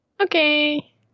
Okay